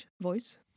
voice